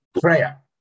prayer